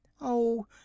Oh